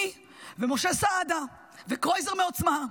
אני ומשה סעדה וקרויזר מעוצמה,